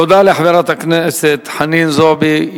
תודה לחברת הכנסת חנין זועבי.